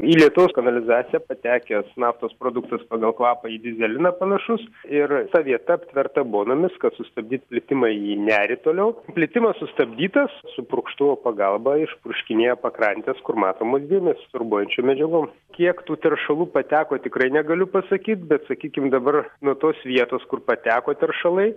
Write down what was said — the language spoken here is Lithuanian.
į lietaus kanalizaciją patekęs naftos produktas pagal kvapą į dyzeliną panašus ir ta vieta aptverta bonomis kad sustabdyti plitimą į nerį toliau plitimas sustabdytas su purkštuvų pagalba išpuškinėja pakrantes kur matomos dėmės sorbuojančiom medžiagom kiek tų teršalų pateko tikrai negaliu pasakyt bet sakykim dabar nuo tos vietos kur pateko teršalai